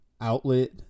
outlet